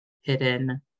hidden